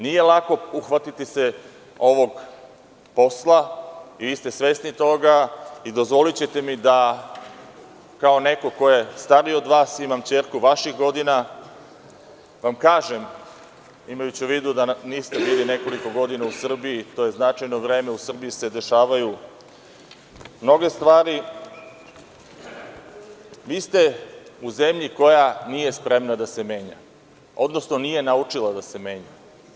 Nije lako uhvatiti se ovog posla i vi ste svesni toga i dozvolićete mi da, kao neko ko je stariji od vas, imam ćerku vaših godina, vam kažem, imajući u vidu da niste bili nekoliko godina u Srbiji, to je značajno vreme, u Srbiji se dešavaju mnoge stvari, vi ste u zemlji koja nije spremna da se menja, odnosno nije naučila da se menja.